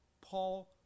Paul